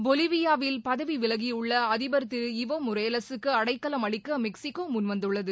பொலிவியாவில் பதவி விலகியுள்ள அதிபர் திரு எவோ மொராலேசுக்கு அடைக்கலம் அளிக்க மெக்சிகோ முன்வந்துள்ளது